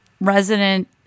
resident